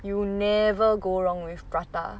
you never go wrong with prata